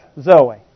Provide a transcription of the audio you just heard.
Zoe